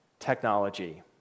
Technology